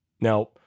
Now